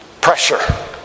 pressure